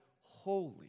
holy